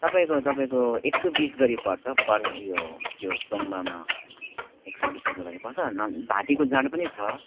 तपाईँको तपाईँको एक सौ बिस गरी पर्छ पर ऊ यो त्यो तोङ्बामा एक सौ बिस रुपियाँ गरी पर्छ नभए भातीको जाँड पनि छ